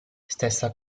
stessa